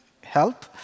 help